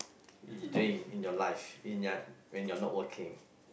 you doing in your life when you're not working